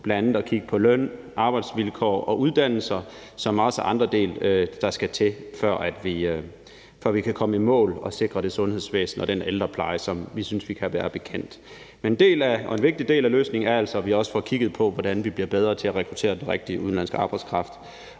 bl.a. at kigge på løn, arbejdsvilkår og uddannelse, som er andre ting, der skal til, før vi kan komme i mål og sikre det sundhedsvæsen og den ældrepleje, som vi synes at vi kan være bekendt. En vigtig del af løsningen er altså, at vi får kigget på, hvordan vi bliver bedre til at rekruttere den rigtige udenlandske arbejdskraft.